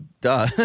Duh